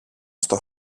στο